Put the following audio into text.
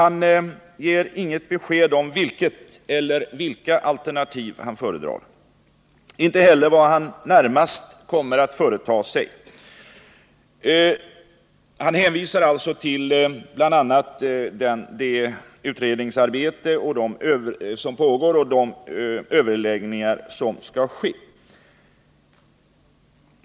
Han ger inget besked om vilket eller vilka alternativ han föredrar, inte heller vad han närmast kommer att företa sig. Han hänvisar till bl.a. det utredningsarbete som pågår och de överläggningar som skall ske.